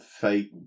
fake